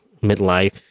midlife